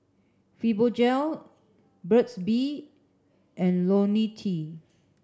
Fibogel Burt's bee and Lonil T